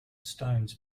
stones